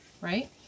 Right